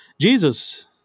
Jesus